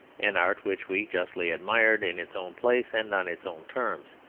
an art which we justly admired in its own place and on its own terms,